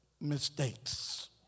mistakes